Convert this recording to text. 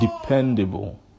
dependable